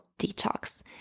detox